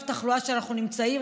במצב תחלואה שבו אנחנו נמצאים,